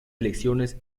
elecciones